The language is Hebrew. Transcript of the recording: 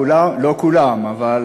כולם, לא כולם, אבל